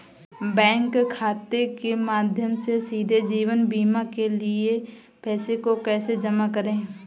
Bank खाते के माध्यम से सीधे जीवन बीमा के लिए पैसे को कैसे जमा करें?